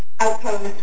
Outpost